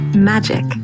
Magic